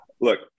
look